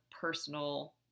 personal